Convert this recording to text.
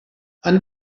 and